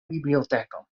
biblioteko